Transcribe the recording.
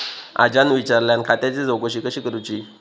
आज्यान विचारल्यान खात्याची चौकशी कशी करुची?